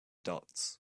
dots